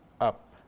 up